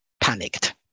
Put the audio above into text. panicked